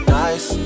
nice